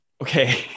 okay